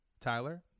Tyler